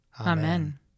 Amen